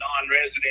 non-resident